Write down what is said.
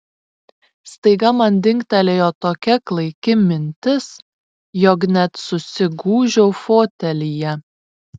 staiga man dingtelėjo tokia klaiki mintis jog net susigūžiau fotelyje